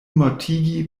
mortigi